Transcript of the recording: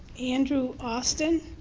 andrew austin.